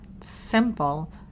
simple